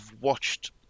watched